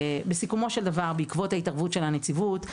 בסיכומו של דבר, בעקבות ההתערבות של הנציבות,